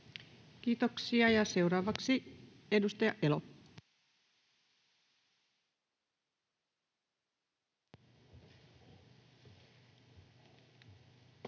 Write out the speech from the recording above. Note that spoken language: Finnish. Kiitoksia. — Ja seuraavaksi edustaja Elo.